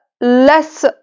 less